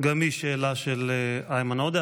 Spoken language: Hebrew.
גם היא שאלה של איימן עודה,